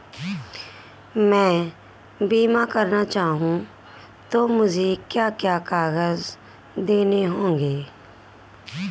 मैं बीमा करना चाहूं तो मुझे क्या क्या कागज़ देने होंगे?